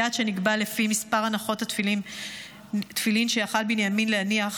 יעד שנקבע לפי מספר הנחות התפילין שיכול היה בנימין להניח